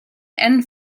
and